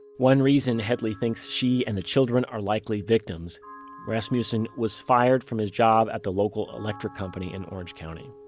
one reason headley thinks she and the children are likely victims rasmussen was fired from his job at the local electric company in orange county.